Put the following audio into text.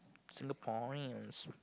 Singaporeans